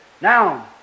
Now